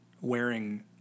wearing